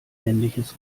männliches